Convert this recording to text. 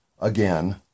again